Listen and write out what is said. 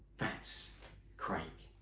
that's craig.